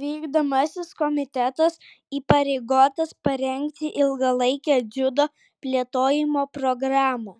vykdomasis komitetas įpareigotas parengti ilgalaikę dziudo plėtojimo programą